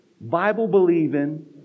Bible-believing